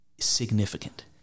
significant